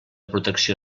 protecció